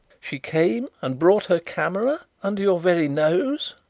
she came, and brought her camera under your very nose!